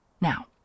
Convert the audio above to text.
Now